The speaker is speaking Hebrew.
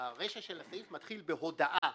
הרישה של הסעיף מתחילה בהודעה,